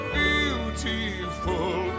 beautiful